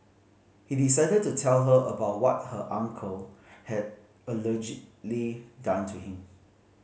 he decided to tell her about what her uncle had allegedly done to him